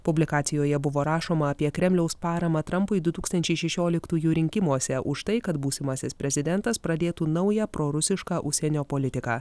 publikacijoje buvo rašoma apie kremliaus paramą trampui du tūkstančiai šešioliktųjų rinkimuose už tai kad būsimasis prezidentas pradėtų naują prorusišką užsienio politiką